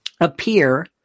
appear